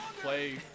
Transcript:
play